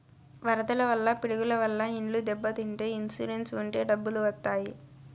వరదల వల్ల పిడుగుల వల్ల ఇండ్లు దెబ్బతింటే ఇన్సూరెన్స్ ఉంటే డబ్బులు వత్తాయి